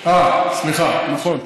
אה, סליחה, נכון.